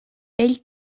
ell